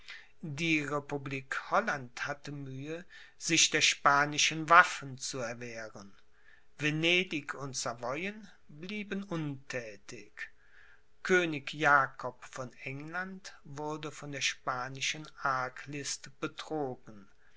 die republik holland hatte mühe sich der spanischen waffen zu erwehren venedig und savoyen blieben unthätig könig jakob von england wurde von der spanischen arglist betrogen